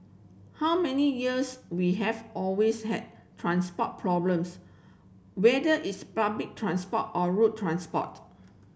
how many years we have always had transport problems whether it's public transport or road transport